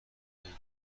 بدهید